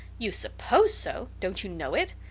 you suppose so! don't you know it?